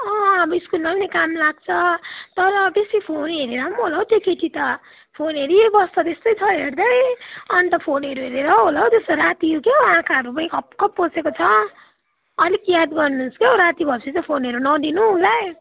अब स्कुलम काम लाग्छ तर बेसी फोन हेरेर होला हौ त्यो केटी त फोन हेरी बस्छ जस्तै छ हेर्दै अन्त फोनहरू हेरेर होला हो त्यस्तो राति के हो हो आँखाहरू पनि खप् खप् पसेको छ अलिक याद गर्नु होस् के हो राति भए पछि चाहिँ फोनहरू हेर्न नदिनु उसलाई